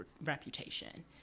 reputation